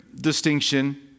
distinction